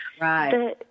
Right